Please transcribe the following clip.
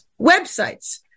websites